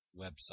website